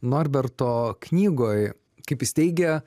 norberto knygoj kaip jis teigia